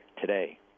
today